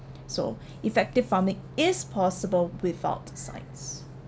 so effective farming is possible without sides